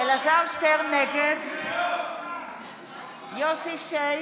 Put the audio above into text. נגד יוסף שיין,